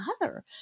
mother